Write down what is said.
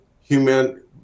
human